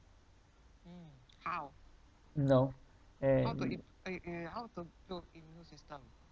you know and